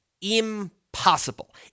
impossible